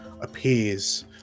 appears